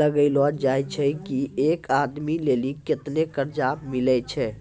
लगैलो जाय छै की एक आदमी लेली केतना कर्जा मिलै छै